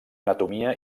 anatomia